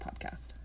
podcast